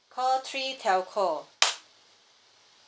call three telco